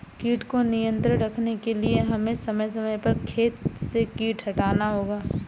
कीट को नियंत्रण रखने के लिए हमें समय समय पर खेत से कीट हटाना होगा